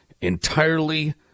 entirely